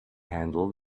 handle